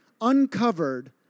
uncovered